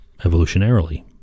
evolutionarily